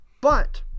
but-